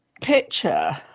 picture